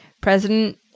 President